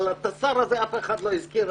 אבל את השר הזה אף אחד לא הזכיר,